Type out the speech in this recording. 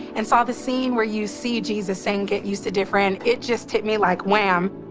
and saw the scene where you see jesus saying, get used to different, it just hit me like wham.